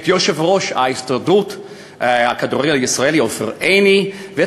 את יושב-ראש התאחדות הכדורגל הישראלית עופר עיני ואת